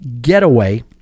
Getaway